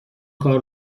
کار